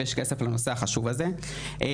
יש כסף לנושא החשוב הזה ובדקנו,